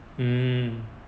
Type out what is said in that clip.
mm